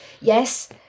Yes